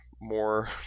more